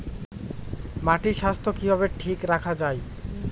মাটির স্বাস্থ্য কিভাবে ঠিক রাখা যায়?